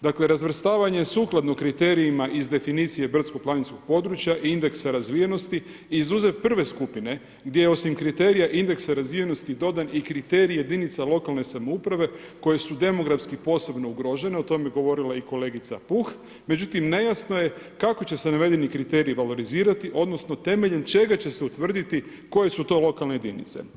Dakle razvrstavanje sukladno kriterijima iz definicije brdsko-planinskom područja i indeksa razvijenosti izuzev prve skupine gdje osim kriterija indeksa razvijenosti dodan i kriterij jedinica lokalne samouprave koje su demografski posebno ugrožene, o tome je govorila i kolegica Puh, međutim nejasno je kako će se navedeni kriterij valorizirati odnosno temeljem čega će se utvrditi koje su to lokalne jedinice.